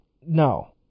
No